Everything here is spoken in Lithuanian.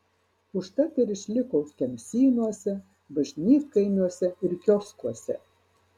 užtat ir išliko kemsynuose bažnytkaimiuose ir kioskuose